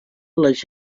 les